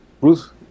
Bruce